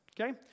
Okay